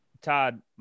Todd